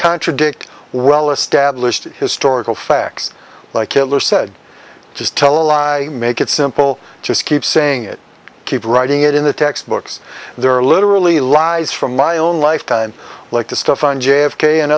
contradict well established historical facts like hitler said just tell a lie make it simple just keep saying it keep writing it in the textbooks there are literally lies from my own life time like the stuff on j f k and